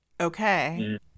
Okay